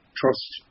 trust